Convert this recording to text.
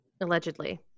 Allegedly